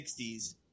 60s